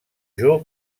jour